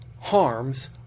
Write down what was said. harms